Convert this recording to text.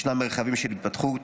ישנם מרחבים של התפתחות,